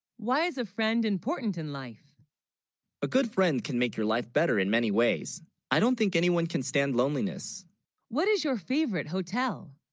why is a friend important in life a good friend can, make your life better in many ways i don't think anyone can stand loneliness what is your favorite hotel,